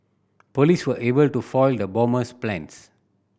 police were able to foil the bomber's plans